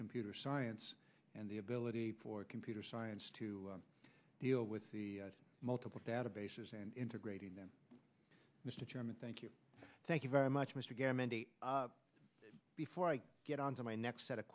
computer science and the ability for computer science to deal with the multiple databases and integrating them mr chairman thank you thank you very much mr gammon before i get on to my next set of